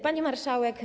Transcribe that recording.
Pani Marszałek!